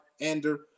Ander